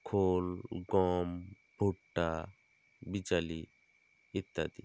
খোল গম ভুট্টা বিচালি ইত্যাদি